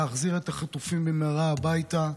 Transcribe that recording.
להחזיר את החטופים במהרה הביתה.